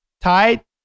Tight